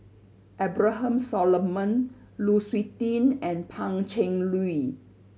Abraham Solomon Lu Suitin and Pan Cheng Lui